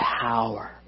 power